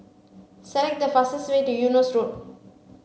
select the fastest way to Eunos Road